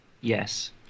Yes